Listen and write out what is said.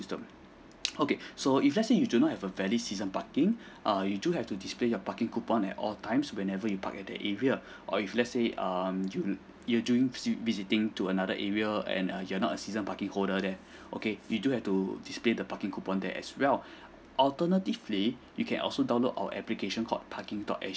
system okay so if let's say you do not have a valid season parking err you do have to display your parking coupon at all times whenever you park at the area or if let's say um you you doing vis~ visiting to another area and err you're not a season parking holder there okay you do have to display the parking coupon there as well alternatively you can also download our application called parking dot S G